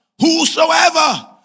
whosoever